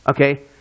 okay